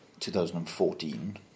2014